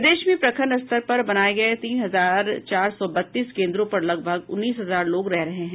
प्रदेश में प्रखंड स्तर पर बनाये गये तीन हजार चार सौ बत्तीस केन्द्रों पर लगभग उन्नीस हजार लोग रह रहे हैं